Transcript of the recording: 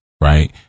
right